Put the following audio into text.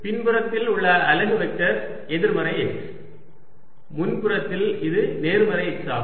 பின்புறத்தில் உள்ள அலகு வெக்டர் எதிர்மறை x முன் பக்கத்தில் இது நேர்மறை x ஆகும்